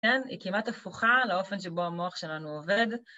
כן, היא כמעט הפוכה לאופן שבו המוח שלנו עובד.